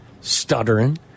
stuttering